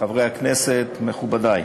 חברי הכנסת, מכובדי,